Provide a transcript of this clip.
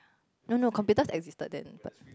no no computer existed then but